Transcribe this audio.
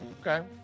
okay